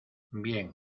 bien